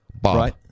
Bob